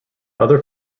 other